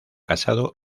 casado